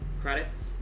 credits